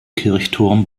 kirchturm